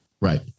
Right